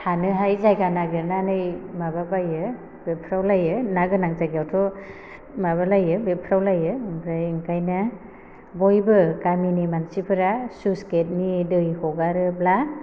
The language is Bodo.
थानोहाय जायगा नागिरनानै माबाबायो बेरफ्रावलायो ना गोनां जायगायावथ' माबालायो बेरफ्रावलायो आमफ्राय ओंखायनो बयबो गामिनि मानसिफ्रा सुइस गेटनि दै हगारोब्ला